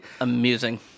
amusing